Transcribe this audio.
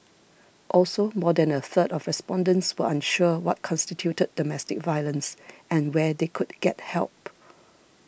also more than a third of respondents were unsure what constituted domestic violence and where they could get help